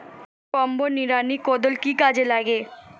Combo নিড়ানি কোদাল কি কাজে লাগে?